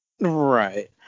Right